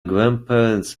grandparents